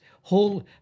whole